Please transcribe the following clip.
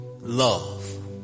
love